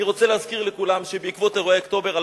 אני רוצה להזכיר לכולם שבעקבות אירועי אוקטובר 2000,